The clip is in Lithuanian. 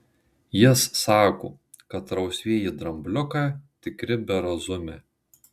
jis sako kad rausvieji drambliukai tikri berazumiai